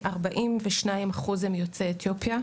כ-42% הם יוצאי אתיופיה,